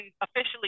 officially